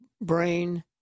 brain